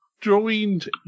joined